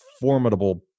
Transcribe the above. formidable